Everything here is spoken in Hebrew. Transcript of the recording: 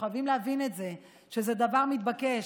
אנחנו חייבים להבין שזה דבר מתבקש.